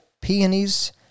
peonies